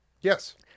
Yes